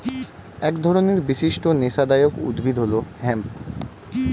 এক ধরনের বিশিষ্ট নেশাদায়ক উদ্ভিদ হল হেম্প